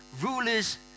Rulers